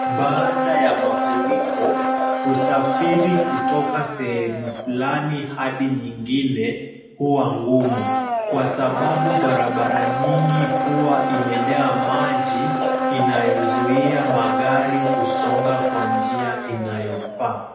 Baada ya mafuriko, kusafiri kutoka sehemu fulani hadi nyingine huwa ngumu, kwa sababu barabara nyingi huwa imejaa maji, inayozuia magari kusonga kwa njia inayofaa.